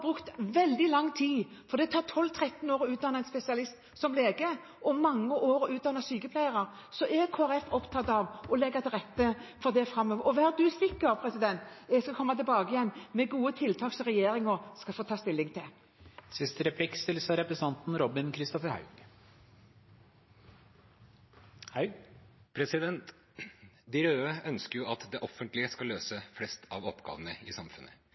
brukt veldig lang tid, for det tar 12–13 år å utdanne en legespesialist og mange år å utdanne sykepleiere, må Kristelig Folkeparti være opptatt av å legge til rette for dette framover. Og vær du sikker, president, jeg skal komme tilbake igjen med gode tiltak, som regjeringen skal få ta stilling til. De røde ønsker at det offentlige skal løse de fleste av oppgavene i samfunnet. De blå ønsker at profittbasert næringsliv skal løse de fleste av oppgavene i samfunnet.